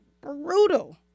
brutal